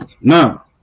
Now